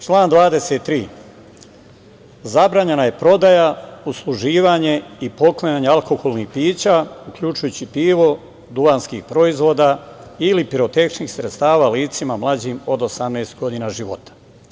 Član 23. – zabranjena je prodaja, usluživanje i poklanjanje alkoholnih pića uključujući pivo, duvanski proizvodi ili pirotehničkih sredstava licima mlađim od 18 godina života.